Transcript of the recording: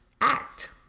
act